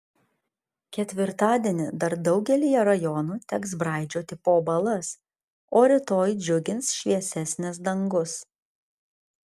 ketvirtadienį dar daugelyje rajonų teks braidžioti po balas o rytoj džiugins šviesesnis dangus